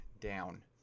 down